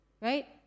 right